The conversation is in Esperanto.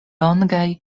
longaj